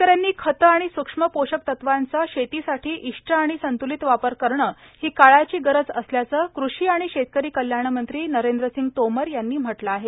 शेतकऱ्यांनी खत आणि स्रक्ष्म पोषकतत्वांचा शेतकऱ्यांनी शेतीसाठी इष्ट आणि संत्रलित वापर करणं ही काळाची गरज असल्याचं कृषी आणि शेतकरी कल्याणमंत्री नरेंद्रसिंग तोमर यांनी म्हटलं आहे